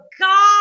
God